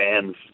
fans